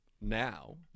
now